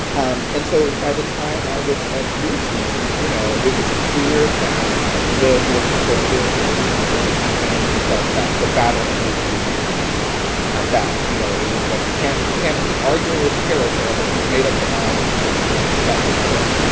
um and so by the time i was a preteen, you know, it was clear that the more conservative, religious members of my family felt that the battle had moved to a new front that, you know, it was like, we can't can't keep arguing with carol forever. she's made up her mind. it seems like she's really stuck to this.